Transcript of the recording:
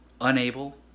unable